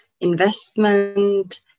investment